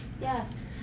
Yes